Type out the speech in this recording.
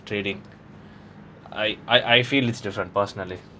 trading I I I feel it's different personally